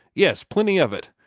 yes, plenty of it.